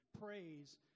Praise